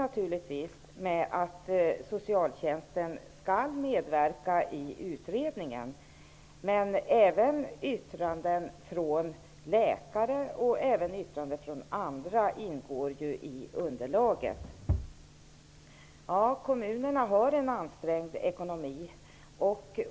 Det är viktigt att socialtjänsten medverkar i utredningen, men även yttranden från läkare och andra ingår ju i underlaget. Kommunerna har en ansträngd ekonomi.